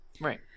Right